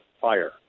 fire